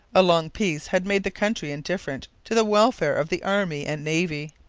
a long peace had made the country indifferent to the welfare of the army and navy.